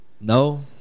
no